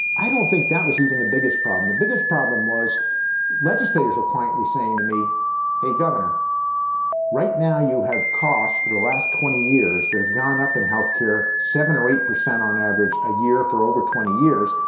i don't think that was even the biggest problem the biggest problem was legislators are quietly saying to me hey governor right now you have cost for the last twenty years that have gone up in health care seven or eight percent on average a year for over twenty years.